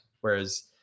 Whereas